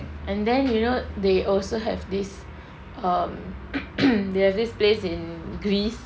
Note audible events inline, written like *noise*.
and then you know they also have this err *coughs* there's this place in greece